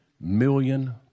million